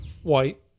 white